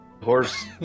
horse